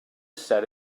said